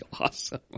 awesome